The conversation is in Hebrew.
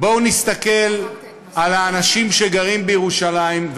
בואו נסתכל על האנשים שגרים בירושלים,